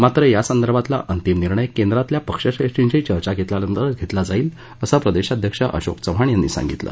मात्र यासंदर्भातला अंतिम निर्णय केंद्रातल्या पक्षश्रेष्ठींशी चर्चा केल्यानंतरच घेतला जाईल असं प्रदेशाध्यक्ष अशोक चव्हाण यांनी सांगितलं